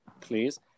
please